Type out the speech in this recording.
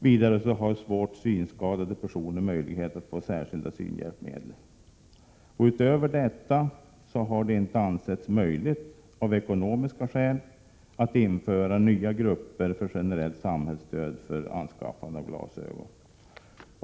Vidare har svårt synskadade personer möjlighet att få särskilda synhjälpmedel. Utöver detta har det av ekonomiska skäl inte ansetts möjligt att införa nya grupper för generellt samhällsstöd för anskaffande av glasögon.